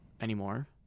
anymore